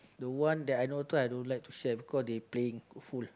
the one that I know to I don't like to share because they playing fool